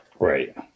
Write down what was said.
Right